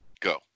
Go